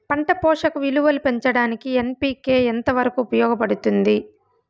పంట పోషక విలువలు పెంచడానికి ఎన్.పి.కె ఎంత వరకు ఉపయోగపడుతుంది